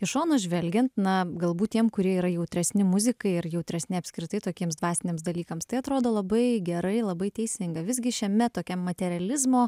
iš šono žvelgiant na galbūt tiem kurie yra jautresni muzikai ir jautresni apskritai tokiems dvasiniams dalykams tai atrodo labai gerai labai teisinga visgi šiame tokiam materializmo